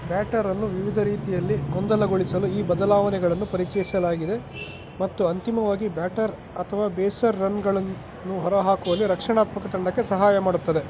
ಬ್ಯಾಟರನ್ನು ವಿವಿಧ ರೀತಿಯಲ್ಲಿ ಗೊಂದಲಗೊಳಿಸಲು ಈ ಬದಲಾವಣೆಗಳನ್ನು ಪರಿಚಯಿಸಲಾಗಿದೆ ಮತ್ತು ಅಂತಿಮವಾಗಿ ಬ್ಯಾಟರ್ ಅಥ್ವಾ ಬೇಸ್ ರನ್ಗಳನ್ನು ಹೊರಹಾಕುವಲ್ಲಿ ರಕ್ಷಣಾತ್ಮಕ ತಂಡಕ್ಕೆ ಸಹಾಯ ಮಾಡುತ್ತದೆ